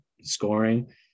scoring